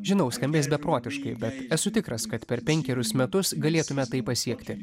žinau skambės beprotiškai bet esu tikras kad per penkerius metus galėtume tai pasiekti